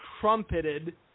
trumpeted